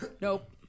Nope